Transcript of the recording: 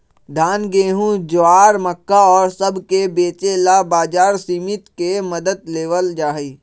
धान, गेहूं, ज्वार, मक्का और सब के बेचे ला बाजार समिति के मदद लेवल जाहई